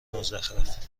مزخرف